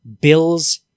Bill's